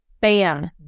bam